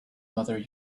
mother